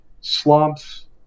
slumps